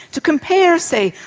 to compare, say,